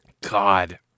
God